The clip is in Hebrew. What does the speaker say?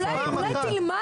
אולי תלמד קצת.